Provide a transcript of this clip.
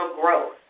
growth